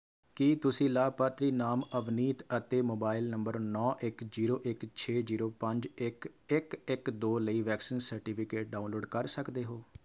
ਕੀ ਤੁਸੀਂ ਲਾਭਪਾਤਰੀ ਨਾਮ ਅਵਨੀਤ ਅਤੇ ਮੋਬਾਈਲ ਨੰਬਰ ਨੌਂ ਇੱਕ ਜ਼ੀਰੋ ਇੱਕ ਛੇ ਜ਼ੀਰੋ ਪੰਜ ਇੱਕ ਇੱਕ ਇੱਕ ਦੋ ਲਈ ਵੈਕਸੀਨ ਸਰਟੀਫਿਕੇਟ ਡਾਊਨਲੋਡ ਕਰ ਸਕਦੇ ਹੋ